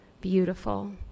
beautiful